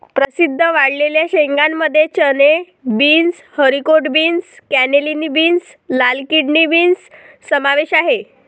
प्रसिद्ध वाळलेल्या शेंगांमध्ये चणे, beans, haricot beans, cannellini beans, लाल किडनी बीन्स समावेश आहे